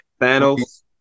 Thanos